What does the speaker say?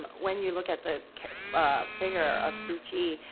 when you look at the figure of suu kyi,